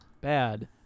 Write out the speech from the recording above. bad